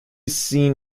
seen